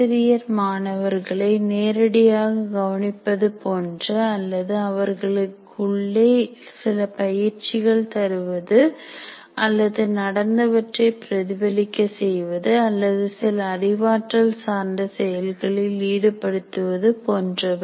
ஆசிரியர் மாணவர்களை நேரடியாக கவனிப்பது போன்ற அல்லது அவர்களுக்கு உள்ளே சில பயிற்சிகள் தருவது அல்லது நடந்தவற்றை பிரதிபலிக்க செய்வது அல்லது சில அறிவாற்றல் சார்ந்த செயல்களில் ஈடுபடுத்துவது போன்றவை